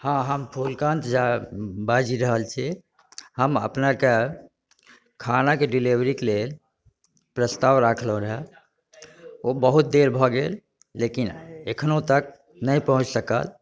हँ हम फुलकान्त झा बाजि रहल छी हम अपने के खानाके डेलिवरीके लेल प्रस्ताव राखलहुँ रहय ओ बहुत देर भऽ गेल लेकिन एखनो तक नहि पहुँच सकल